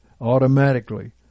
automatically